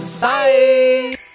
Bye